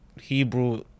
Hebrew